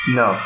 no